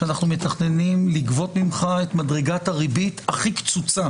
שאנחנו מתכננים לגבות ממך את מדרגת הריבית הכי קצוצה